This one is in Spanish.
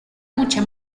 mucha